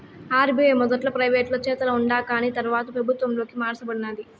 RBI మొదట్ల ప్రైవేటోలు చేతల ఉండాకాని తర్వాత పెబుత్వంలోకి మార్స బడినాది